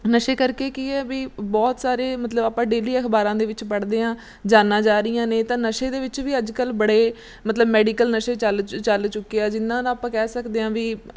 ਨਸ਼ੇ ਕਰਕੇ ਕੀ ਹੈ ਵੀ ਬਹੁਤ ਸਾਰੇ ਮਤਲਬ ਆਪਾਂ ਡੇਲੀ ਅਖਬਾਰਾਂ ਦੇ ਵਿੱਚ ਪੜ੍ਹਦੇ ਹਾਂ ਜਾਨਾਂ ਜਾ ਰਹੀਆਂ ਨੇ ਤਾਂ ਨਸ਼ੇ ਦੇ ਵਿੱਚ ਵੀ ਅੱਜ ਕੱਲ੍ਹ ਬੜੇ ਮਤਲਬ ਮੈਡੀਕਲ ਨਸ਼ੇ ਚੱਲ ਚੱਲ ਚੁੱਕੇ ਆ ਜਿਹਨਾਂ ਨਾਲ ਆਪਾਂ ਕਹਿ ਸਕਦੇ ਹਾਂ ਵੀ